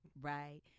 right